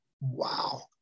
wow